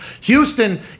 Houston